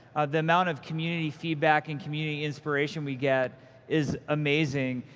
the amount of community feedback and community inspiration we get is amazing,